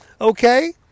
Okay